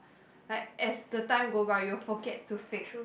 like as the time go by you will forget to fake